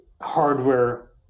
hardware